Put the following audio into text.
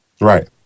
Right